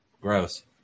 Gross